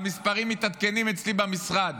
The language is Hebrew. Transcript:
המספרים מתעדכנים אצלי במשרד,